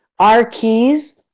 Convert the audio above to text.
our keys,